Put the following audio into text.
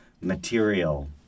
material